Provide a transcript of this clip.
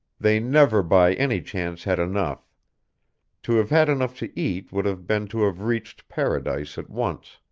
they never by any chance had enough to have had enough to eat would have been to have reached paradise at once.